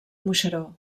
moixeró